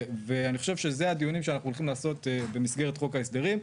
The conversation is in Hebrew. ואני חושב שאלו הדיונים שאנחנו הולכים לעשות במסגרת חוק ההסדרים.